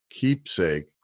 Keepsake